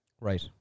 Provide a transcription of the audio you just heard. right